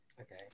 Okay